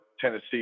Tennessee